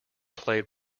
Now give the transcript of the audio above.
played